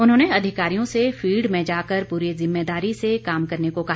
उन्होंने अधिकारियों से फील्ड में जाकर पूरी ज़िम्मेदारी से काम करने को कहा